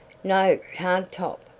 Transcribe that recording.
no, can't top.